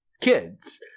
kids